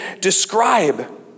describe